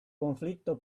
conflitto